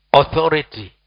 authority